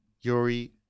Yuri